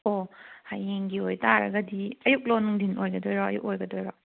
ꯑꯣ ꯍꯌꯦꯡꯒꯤ ꯑꯣꯏꯇꯥꯔꯒꯗꯤ ꯑꯌꯨꯛꯂꯣ ꯅꯨꯡꯊꯤꯟ ꯑꯣꯏꯒꯗꯣꯏꯔꯣ ꯑꯌꯨꯛ ꯑꯣꯏꯒꯗꯣꯏꯔꯣ